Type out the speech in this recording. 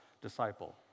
disciple